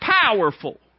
powerful